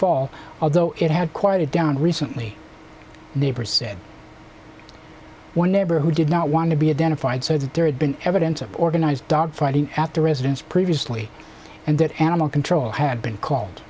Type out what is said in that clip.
fall although it had quieted down recently a neighbor said one neighbor who did not want to be identified said that there had been evidence of organized dog fighting at the residence previously and that animal control had been called